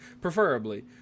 Preferably